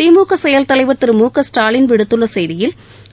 திமுக செயல் தலைவர் திரு மு க ஸ்டாலின் விடுத்துள்ள செய்தியில்